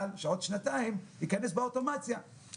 אבל שעוד שנתיים ייכנס באוטומציה,